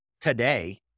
today